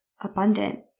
abundant